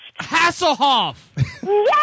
Hasselhoff